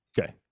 Okay